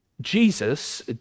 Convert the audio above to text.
Jesus